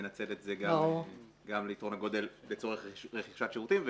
מנצל את זה גם ליתרון הגודל בצורת רכישת שירותים,